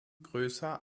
größer